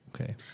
Okay